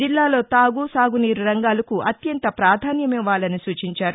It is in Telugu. జిల్లాలో తాగు సాగునీరు రంగాలకు అత్యంత ప్రాధాన్యమివ్వాలని సూచించారు